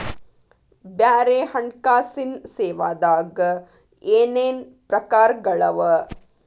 ಬ್ಯಾರೆ ಹಣ್ಕಾಸಿನ್ ಸೇವಾದಾಗ ಏನೇನ್ ಪ್ರಕಾರ್ಗಳವ?